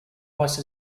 ice